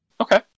Okay